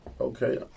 Okay